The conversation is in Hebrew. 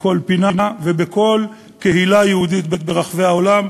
בכל פינה ובכל קהילה יהודית ברחבי העולם,